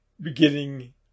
beginning